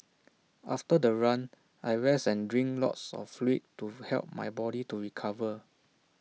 after the run I rest and drink lots of fluid to help my body to recover